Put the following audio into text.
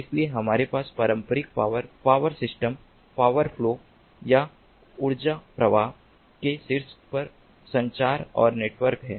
इसलिए हमारे पास पारंपरिक power power system power flow या ऊर्जा प्रवाह के शीर्ष पर संचार और नेटवर्क हैं